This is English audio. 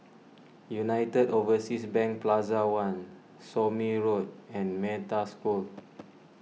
United Overseas Bank Plaza one Somme Road and Metta School